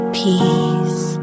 peace